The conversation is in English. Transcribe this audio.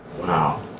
Wow